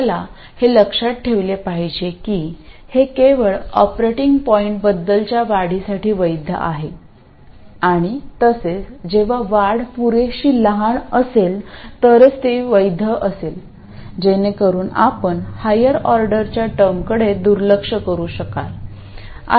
आपल्याला हे लक्षात ठेवले पाहिजे की हे केवळ ऑपरेटिंग पॉईंटबद्दलच्या वाढीसाठी वैध आहे आणि तसेच जेव्हा वाढ पुरेशी लहान असेल तरच ती वैध असेल जेणेकरुन आपण हायर ऑर्डरच्या टर्मकडे दुर्लक्ष करू शकाल